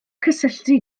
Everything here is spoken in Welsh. cysylltu